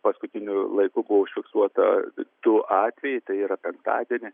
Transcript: paskutiniu laiku buvo užfiksuota du atvejai tai yra penktadienį